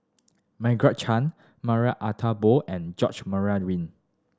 Margaret Chan Marie Ethel Bong and George Murray Reith